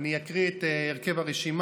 אני אקריא את הרכב הרשימה.